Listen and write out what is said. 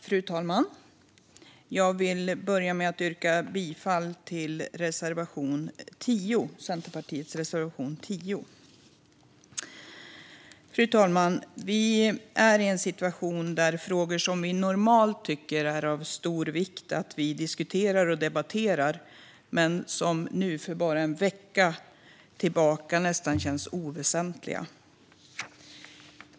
Fru talman! Jag vill börja med att yrka bifall till Centerpartiets reservation 10. Vi är i en situation där frågor som vi normalt tycker är av stor vikt att diskutera och debattera sedan en vecka tillbaka känns nästan oväsentliga.